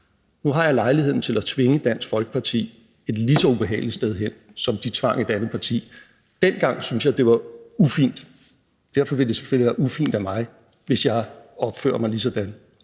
Nu har jeg lejligheden til at tvinge Dansk Folkeparti et lige så ubehageligt sted hen, som de tvang et andet parti. Dengang syntes jeg, det var ufint. Derfor ville det selvfølgelig være ufint af mig, hvis jeg opførte mig lige sådan.